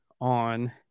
on